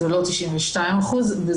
זה לא 92%. זה היה בשנה שעברה.